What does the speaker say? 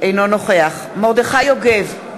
אינו נוכח מרדכי יוגב,